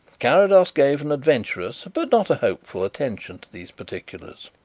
carrados gave an adventurous but not a hopeful attention to these particulars.